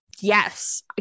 Yes